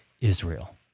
Israel